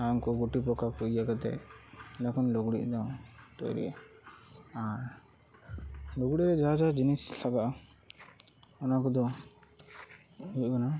ᱩᱱᱠᱩ ᱜᱩᱴᱤ ᱯᱚᱠᱟᱠᱚ ᱤᱭᱟᱹ ᱠᱟᱛᱮᱫ ᱚᱸᱰᱮ ᱠᱷᱚᱱ ᱞᱩᱜᱽᱲᱤᱡ ᱫᱚ ᱛᱚᱭᱨᱤᱜᱼᱟ ᱟᱨ ᱞᱩᱜᱽᱲᱤᱡ ᱨᱮ ᱡᱟᱦᱟᱸ ᱡᱟᱦᱟᱸ ᱡᱤᱱᱤᱥ ᱞᱟᱜᱟᱜᱼᱟ ᱚᱱᱟ ᱠᱚᱫᱚ ᱦᱩᱭᱩᱜ ᱠᱟᱱᱟ